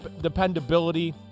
dependability